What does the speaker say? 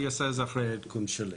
הוא יעשה את זה אחרי העדכון שלי.